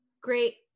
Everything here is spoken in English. great